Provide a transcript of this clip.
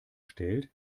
stellt